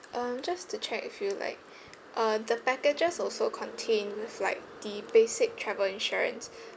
um just to check with you like uh the packages also contains like the basic travel insurance